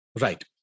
Right